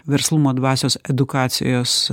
verslumo dvasios edukacijos